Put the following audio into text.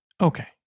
Okay